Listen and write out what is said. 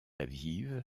aviv